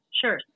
Sure